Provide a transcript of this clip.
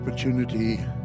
opportunity